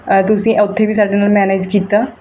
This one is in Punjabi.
ਤੁਸੀਂ ਉੱਥੇ ਵੀ ਸਾਡੇ ਨਾਲ ਮੈਨੇਜ ਕੀਤਾ